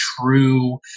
true